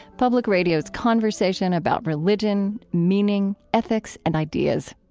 public radio's conversation about religion, meaning, ethics, and ideas.